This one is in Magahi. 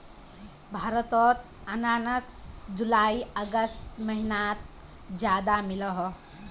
भारतोत अनानास जुलाई अगस्त महिनात ज्यादा मिलोह